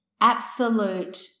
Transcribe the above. absolute